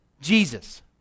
Jesus